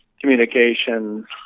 communication